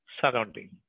surrounding